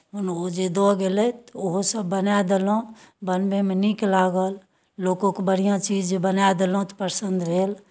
कोनो ओ जे दऽ गेलथि ओहोसभ बनाए देलहुँ बनबयमे नीक लागल लोकोके बढ़िआँ चीज बनाए देलहुँ तऽ पसन्द भेल